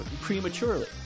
prematurely